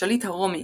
השליט הרומי,